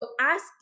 ask